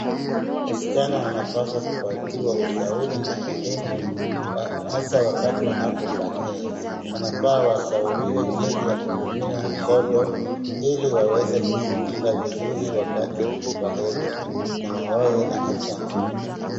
Wasichana wanapaswa kupatiwe ushauri na elimu hasa wakati wanapobalehe. Wanafaa washauriwe jinsi ya kutumia sodo ili waweze kujikinga vizuri wakati wa hedhi na wawe na afya nzuri.